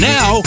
Now